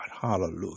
Hallelujah